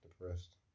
depressed